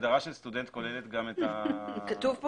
ההגדרה של סטודנט כוללת גם את ה --- כתוב פה